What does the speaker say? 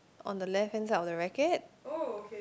on the left hand side of the racket